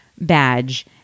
badge